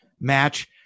match